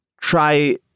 try